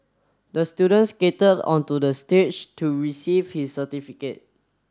the student skated onto the stage to receive his certificate